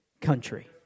country